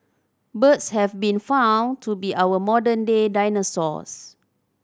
birds have been found to be our modern day dinosaurs